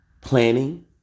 planning